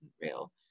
real